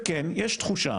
וכן, יש תחושה,